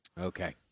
Okay